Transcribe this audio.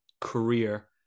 career